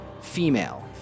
female